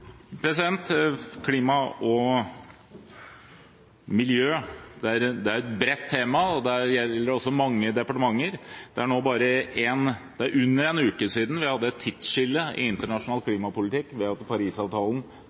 Klima og miljø er et bredt tema, og det gjelder også mange departementer. Det er under en uke siden vi hadde et tidsskille i internasjonal klimapolitikk, ved Paris-avtalen, som setter nye mål for det internasjonale klimaarbeidet gjennom at